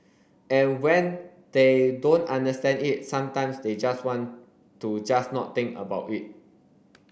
and when they don't understand it sometimes they just want to just not think about it